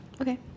Okay